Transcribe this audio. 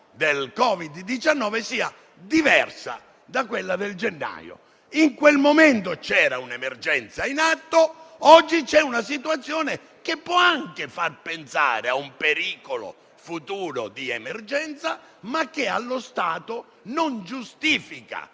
del Covid-19 sia diversa da quella dello scorso gennaio: in quel momento c'era un emergenza in atto, mentre oggi c'è una situazione che può anche far pensare a un pericolo futuro di emergenza, ma che allo stato non giustifica